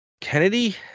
Kennedy